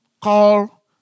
call